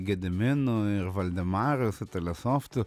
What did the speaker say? gediminu ir valdemaru su telesoftu